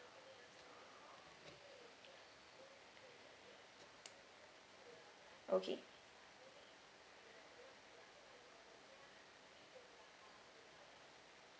okay